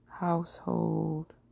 household